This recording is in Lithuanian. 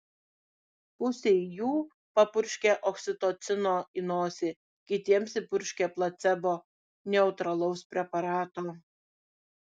pusei jų papurškė oksitocino į nosį kitiems įpurškė placebo neutralaus preparato